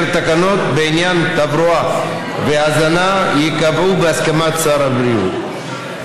תקנות בעניין תברואה והזנה ייקבעו בהסכמת שר הבריאות.